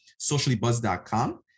sociallybuzz.com